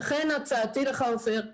ולכן הצעתי לך, עפר: